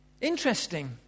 Interesting